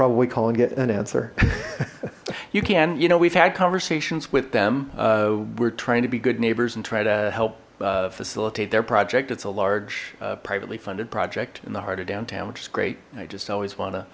probably call and get an answer you can you know we've had conversations with them we're trying to be good neighbors and try to help facilitate their project it's a large privately funded project in the heart of downtown which is great i just always wan